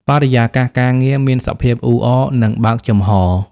បរិយាកាសការងារមានសភាពអ៊ូអរ និងបើកចំហរ។